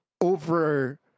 Over